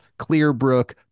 clearbrook